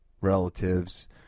relatives